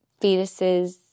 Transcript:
fetuses